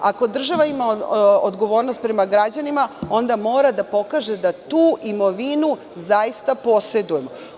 Ako država ima odgovornost prema građanima, onda mora da pokaže da tu imovinu zaista posedujemo.